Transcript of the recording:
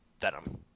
venom